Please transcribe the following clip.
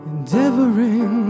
Endeavoring